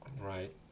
Right